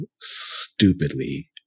stupidly